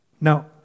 Now